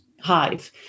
hive